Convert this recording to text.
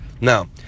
Now